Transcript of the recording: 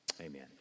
Amen